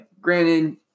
granted